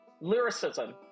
lyricism